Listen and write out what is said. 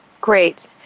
Great